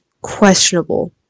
questionable